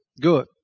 Good